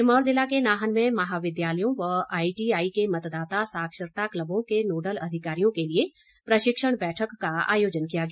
सिरमौर जिला के नाहन में महाविद्यालयों व आईटीआई के मतदाता साक्षरता क्लबों के नोडल अधिकारियों के लिए प्रशिक्षण बैठक का आयोजन किया गया